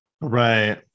Right